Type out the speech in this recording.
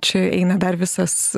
čia eina dar visas